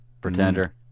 Pretender